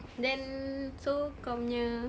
then so kau punya